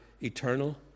eternal